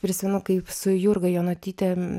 prisimenu kaip su jurga jonutyte